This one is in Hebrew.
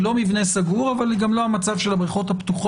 לא מבנה סגור אבל היא גם לא המצב של הבריכות הפתוחות.